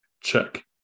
Check